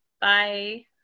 bye